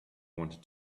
wanted